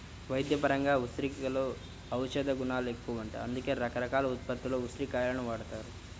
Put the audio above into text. వైద్యపరంగా ఉసిరికలో ఔషధగుణాలెక్కువంట, అందుకే రకరకాల ఉత్పత్తుల్లో ఉసిరి కాయలను వాడతారు